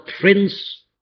prince